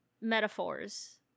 metaphors